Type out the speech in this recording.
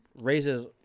raises